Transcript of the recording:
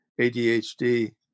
ADHD